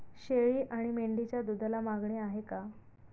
शेळी आणि मेंढीच्या दूधाला मागणी आहे का?